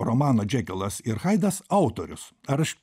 romano džekilas ir haidas autorius ar aš